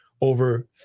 over